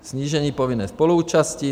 Snížení povinné spoluúčasti.